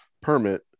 permit